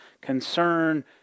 concern